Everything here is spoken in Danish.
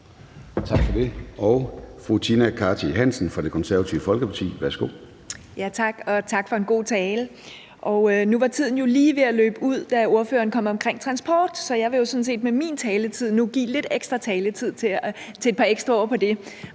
Tak for det. Fru Tina Cartey Hansen fra Det Konservative Folkeparti. Værsgo. Kl. 11:48 Tina Cartey Hansen (KF): Tak for det, og tak for en god tale. Nu var tiden jo lige ved at løbe ud, da ordføreren kom omkring transport, så jeg vil sådan set med min taletid nu give lidt tid til et par ekstra ord om det.